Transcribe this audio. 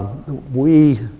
we,